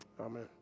Amen